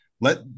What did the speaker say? Let